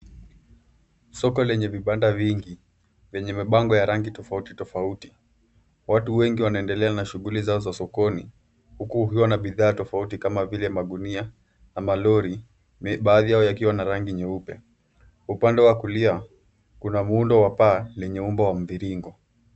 Soko lenye vibanda vingi vyenye mabango ya rangi tofauti tofauti. Watu wengi wanaendelea na shughuli zao za sokoni huku kukiwa na bidhaa tofauti kama vile magunia na malori baadhi yao yakiwa na rangi nyeupe. Kwa upande wa kulia, kuna muundo wa paa lenye umbo wa mviringo.